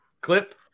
clip